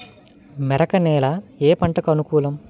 మెరక నేల ఏ పంటకు అనుకూలం?